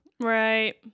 Right